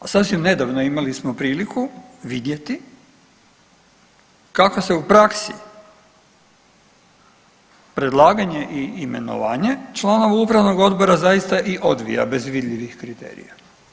A sasvim nedavno imali smo priliku vidjeti kako se u praksi predlaganje i imenovanje članova upravnog odbora zaista i odvija bez vidljivih kriterija.